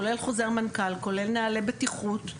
כולל חוזר מנכ"ל כולל נהלי בטיחות,